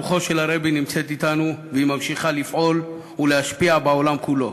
רוחו של הרבי נמצאת אתנו והיא ממשיכה לפעול ולהשפיע בעולם כולו.